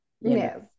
Yes